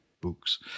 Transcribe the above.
books